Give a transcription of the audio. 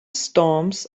storms